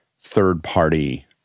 third-party